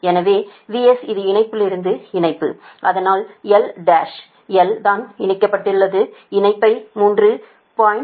எனவே VS இது இணைப்பிலிருந்து இணைப்பு அதனால் L டேஷ் L நான் இணைப்பிலிருந்து இணைப்பை3145